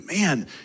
man